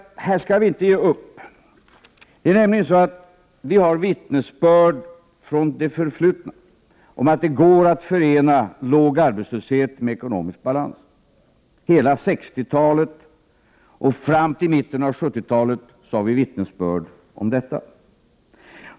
Här skall vi inte ge upp. Det är nämligen så att vi har vittnesbörd från det förflutna om att det går att förena låg arbetslöshet med ekonomisk balans. Hela 1960-talet fram till mitten av 1970-talet har vi vittnesbörd om detta.